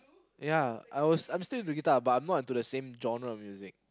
ya I was I'm still into guitar but I'm not into the same genre of music